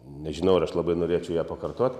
nežinau ar aš labai norėčiau ją pakartot